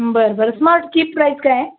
बरं बरं स्मार्टची प्राईस काय